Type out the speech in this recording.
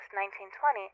1920